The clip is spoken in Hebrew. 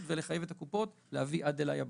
וחיוב הקופות להביא עד אליי הביתה.